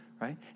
right